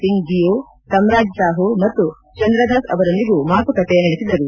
ಸಿಂಗ್ ಡಿಯೋ ತಮಾಜ್ಸಾಹು ಮತ್ತು ಚಂದ್ರದಾಸ್ ಅವರೊಂದಿಗೂ ಮಾತುಕತೆ ನಡೆಸಿದರು